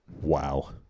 Wow